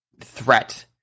threat